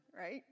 right